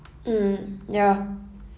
mm ya